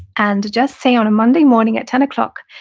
and just say, on a monday morning at ten o'clock,